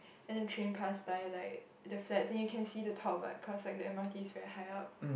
and the train pass by like the flats you can see the top right cause like the M_R_T is very high up